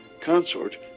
consort